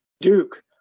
Duke